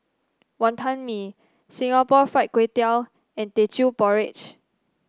Wonton Mee Singapore Fried Kway Tiao and Teochew Porridge